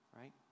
right